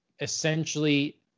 essentially